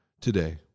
Today